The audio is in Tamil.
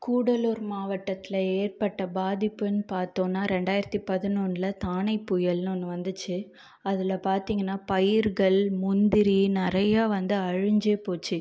கூடலூர் மாவட்டத்தில் ஏற்பட்ட பாதிப்புன்னு பார்த்தோன்னா ரெண்டாயிரத்தி பதினொன்னில் தானே புயல்னு ஒன்று வந்துச்சு அதில் பார்த்திங்கனா பயிர்கள் முந்திரி நிறையா வந்து அழிஞ்சே போச்சு